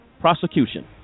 prosecution